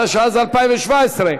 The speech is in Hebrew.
התשע"ז 2017,